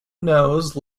nose